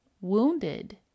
wounded